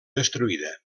destruïda